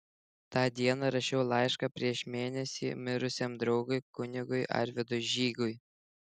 tą dieną rašiau laišką prieš mėnesį mirusiam draugui kunigui arvydui žygui